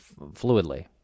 fluidly